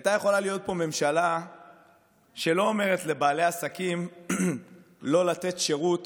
הייתה יכולה להיות פה ממשלה שלא אומרת לבעלי עסקים לא לתת שירות